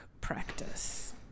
practice